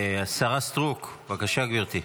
השרה סטרוק, בבקשה, גברתי.